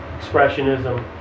expressionism